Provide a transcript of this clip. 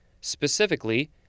specifically